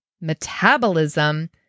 metabolism